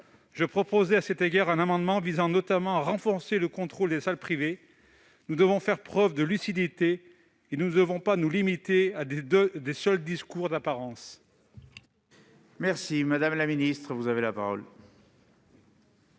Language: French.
proposé un amendement qui vise notamment à renforcer le contrôle des salles privées. Nous devons faire preuve de lucidité et ne pas nous limiter à des seuls discours d'apparence.